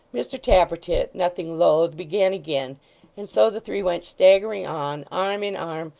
mr tappertit, nothing loath, began again and so the three went staggering on, arm-in-arm,